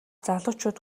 залуучууд